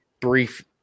brief